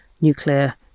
nuclear